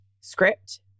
script